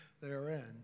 therein